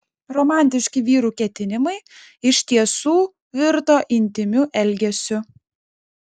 romantiški vyrų ketinimai iš tiesų virto intymiu elgesiu